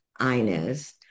Inez